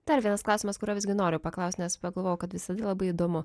dar vienas klausimas kurio visgi noriu paklaust nes pagalvojau kad visada labai įdomu